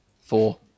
Four